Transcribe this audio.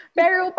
pero